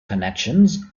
connections